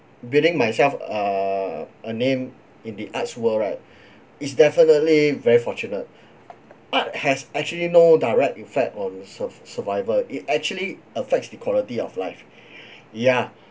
building myself err a name in the arts world right is definitely very fortunate art has actually no direct effect on surv~ survivor it actually affects the quality of life ya